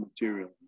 material